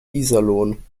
iserlohn